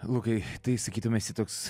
lukai tai sakytum esi toks